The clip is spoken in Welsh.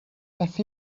beth